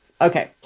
Okay